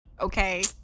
Okay